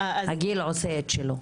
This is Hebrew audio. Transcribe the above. הגיל עושה את שלו.